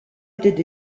étaient